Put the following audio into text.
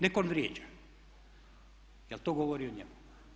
Neka on vrijeđa jer to govori o njemu.